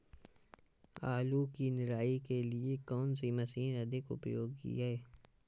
आलू की निराई के लिए कौन सी मशीन अधिक उपयोगी है?